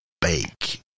bake